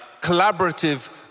collaborative